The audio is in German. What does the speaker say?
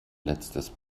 letztes